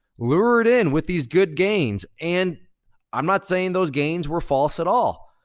lured in with these good gains. and i'm not saying those gains were false at all.